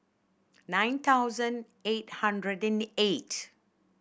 nine thousand eight hundred and eight